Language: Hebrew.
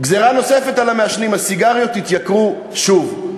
"גזירה נוספת על המעשנים, הסיגריות יתייקרו שוב".